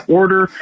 order